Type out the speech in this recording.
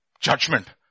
Judgment